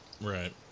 Right